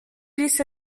risa